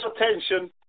attention